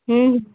हुँ